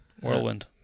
whirlwind